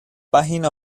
página